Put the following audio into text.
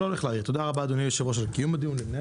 תודה רבה, אדוני, על קיום הדיון, תודה